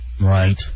Right